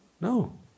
No